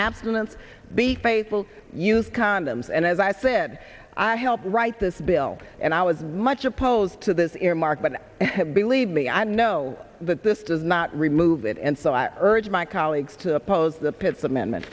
abstinence be faithful use condoms and as i said i helped write this bill and i was much opposed to this earmark but believe me i know that this does not remove it and so i urge my colleagues to oppose the pitts amendment